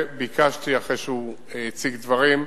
וביקשתי, אחרי שהציג דברים,